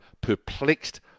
Perplexed